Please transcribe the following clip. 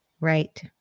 Right